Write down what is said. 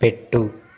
పెట్టు